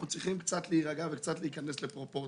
-- אנחנו צריכים קצת להירגע וקצת להיכנס לפרופורציות.